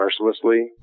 mercilessly